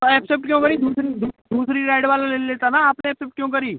तो एक्सेप्ट क्यों करी दूसरी दूसरी राइड वाला ले लेता ना आपने एक्सेप्ट क्यों करी